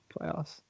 playoffs